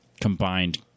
combined